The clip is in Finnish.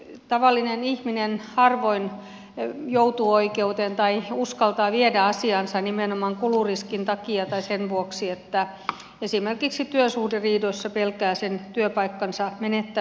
tavallinen ihminen harvoin joutuu oikeuteen tai uskaltaa viedä asiansa nimenomaan kuluriskin takia tai sen vuoksi että esimerkiksi työsuhderiidoissa pelkää työpaikkansa menettämistä